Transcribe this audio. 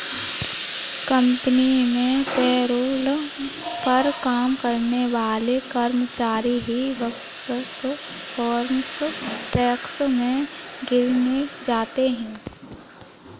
company में payroll पर काम करने वाले कर्मचारी ही वर्कफोर्स टैक्स में गिने जाते है